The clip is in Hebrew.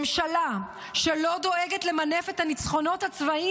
ממשלה שלא דואגת למנף את הניצחונות הצבאיים